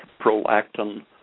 prolactin